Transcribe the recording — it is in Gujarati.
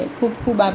ખુબ ખુબ આભાર